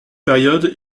période